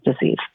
disease